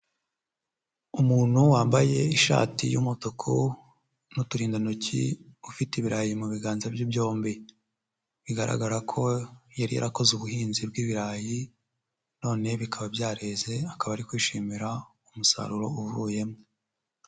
Umuntu wambaye ishati y'umutuku n'uturindantoki, ufite ibirayi mu biganza bye byombi, bigaragara ko yari yarakoze ubuhinzi bw'ibirayi none bikaba byareze, akaba ari kwishimira umusaruro uvuyemo.